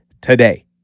today